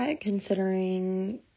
considering